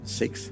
six